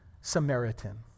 Samaritan